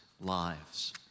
lives